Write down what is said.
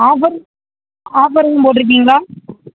offer ஆஃபருன்னு போட்டுருக்கீங்களா